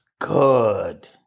Good